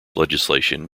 legislation